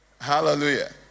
Hallelujah